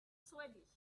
swedish